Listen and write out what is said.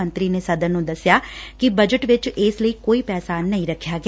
ਮੰਤਰੀ ਨੇ ਸਦਨ ਨੂੰ ਦਸਿਆ ਕਿ ਬਜਟ ਵਿਚ ਇਸ ਲਈ ਕੋਈ ਪੈਸਾ ਨਹੀਂ ਰਖਿਆ ਗਿਆ